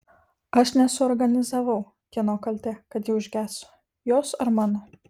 aš nesuorganizavau kieno kaltė kad ji užgeso jos ar mano